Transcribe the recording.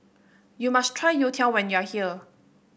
you must try Youtiao when you are here